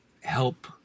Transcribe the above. help